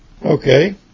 Okay